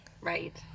Right